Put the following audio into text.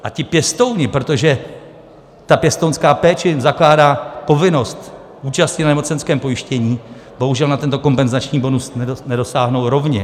A ti pěstouni, protože ta pěstounská péče jim zakládá povinnost účasti na nemocenském pojištěni, bohužel na tento kompenzační bonus nedosáhnou rovněž.